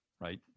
right